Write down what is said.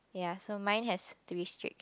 ya so mine has three streaks